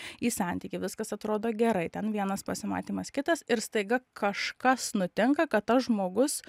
į santykį viskas atrodo gerai ten vienas pasimatymas kitas ir staiga kažkas nutinka kad tas žmogus